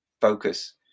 focus